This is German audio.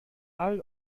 all